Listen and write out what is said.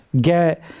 Get